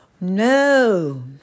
No